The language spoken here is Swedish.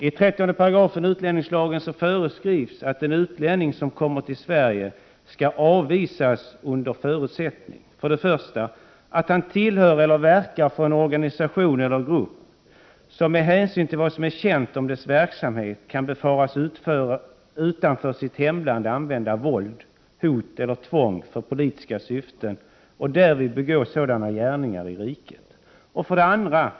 I 30 § utlänningslagen föreskrivs att en utlänning som kommer till Sverige skall avvisas under förutsättning för det första att han tillhör eller verkar för en organisation eller grupp som, med hänsyn till vad som är känt om dess verksamhet, kan befaras utanför sitt hemland använda våld, hot eller tvång för politiska syften och därvid begå sådana gärningar i riket.